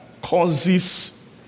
causes